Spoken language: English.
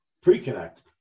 pre-connect